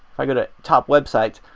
i go to top websites,